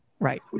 Right